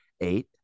eight